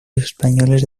españoles